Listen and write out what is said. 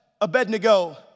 Abednego